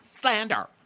slander